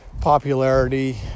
popularity